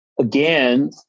again